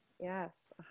Yes